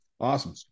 Awesome